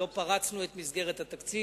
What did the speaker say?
לא פרצנו את מסגרת התקציב,